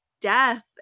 death